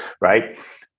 right